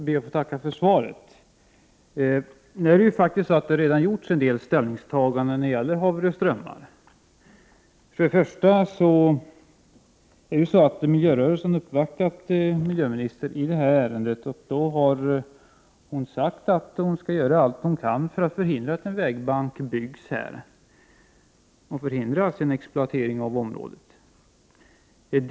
Herr talman! Jag vill först be att få tacka för svaret. Det har redan gjorts en del ställningstaganden när det gäller Haverö strömmar. Först och främst har miljörörelsen uppvaktat miljöministern i ärendet. Miljöministern har då sagt att hon skall göra allt vad hon kan för att förhindra att en vägbank byggs där, dvs. förhindra en exploatering av området.